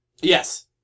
Yes